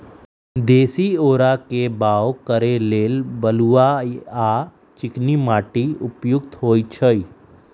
देशी औरा के बाओ करे लेल बलुआ आ चिकनी माटि उपयुक्त होइ छइ